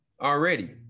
already